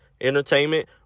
entertainment